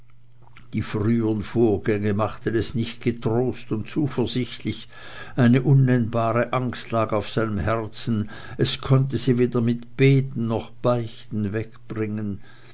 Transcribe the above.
die frühern vorgänge machten es nicht getrost und zuversichtlich eine unnennbare angst lag auf seinem herzen es konnte sie weder mit beten noch beichten wegbringen